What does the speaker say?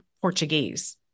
Portuguese